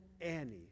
Annie